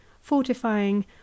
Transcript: fortifying